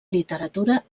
literatura